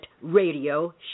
radio